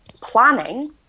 planning